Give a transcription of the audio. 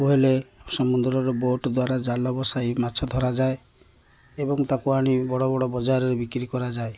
କୁ ହେଲେ ସମୁଦ୍ରର ବୋଟ୍ ଦ୍ୱାରା ଜାଲ ବସାଇ ମାଛ ଧରାଯାଏ ଏବଂ ତାକୁ ଆଣି ବଡ଼ ବଡ଼ ବଜାରରେ ବିକ୍ରି କରାଯାଏ